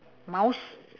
mouse